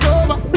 over